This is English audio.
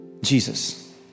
Jesus